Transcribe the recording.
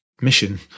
mission